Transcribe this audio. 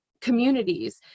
communities